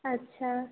अच्छा